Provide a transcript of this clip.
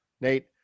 Nate